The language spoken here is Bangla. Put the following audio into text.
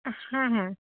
হ্যাঁ হ্যাঁ